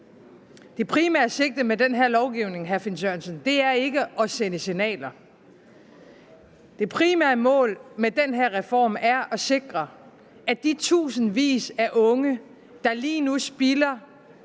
Det primære sigte med den her lovgivning er ikke at sende signaler. Det primære mål med den her reform er at sikre, at de tusindvis af unge, der lige nu spilder